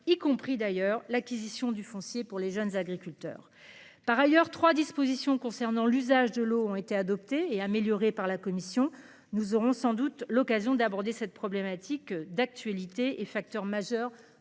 y compris d'ailleurs l'acquisition du foncier pour les jeunes agriculteurs. Par ailleurs, 3 dispositions concernant l'usage de l'eau ont été adoptés et améliorer par la commission, nous aurons sans doute l'occasion d'aborder cette problématique d'actualité et facteur majeur